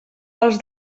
els